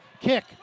kick